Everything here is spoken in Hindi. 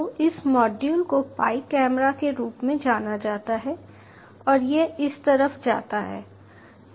तो इस मॉड्यूल को पाई कैमरा के रूप में जाना जाता है और यह इस तरफ जाता है